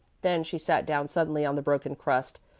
then she sat down suddenly on the broken crust.